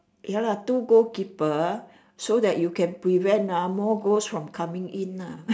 ya lah two goal keeper so that you can prevent ah more goals from coming in ah